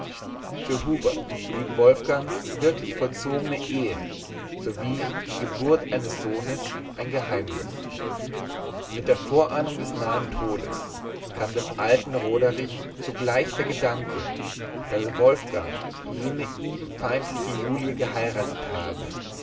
für hubert blieb wolfgangs wirklich vollzogene ehe sowie die geburt eines sohnes ein geheimnis mit der vorahnung des nahen todes kam dem alten roderich zugleich der gedanke daß wolfgang jene ihm feindliche julie geheiratet habe